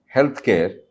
Healthcare